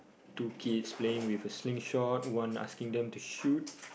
two kids playing with a slingshot one asking them to shoot